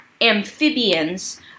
amphibians